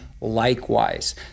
likewise